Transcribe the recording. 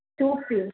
soup पीआं